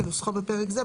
כנוסחו בפרק זה,